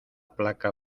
placa